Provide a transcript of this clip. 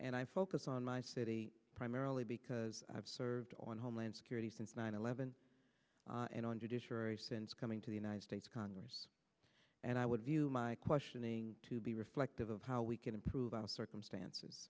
and i focus on my city primarily because i've served on homeland security since nine eleven and on judiciary since coming to the united states congress and i would view my questioning to be reflective of how we can improve our circumstances